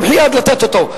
במחי יד לתת אותו.